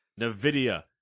Nvidia